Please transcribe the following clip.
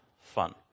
fun